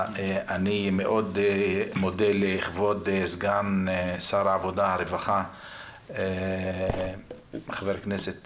אני מאוד מודה לכבוד סגן שר העבודה והרווחה חבר הכנסת